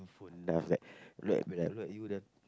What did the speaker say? dream phone then I was like look when I look at you then